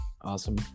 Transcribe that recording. Awesome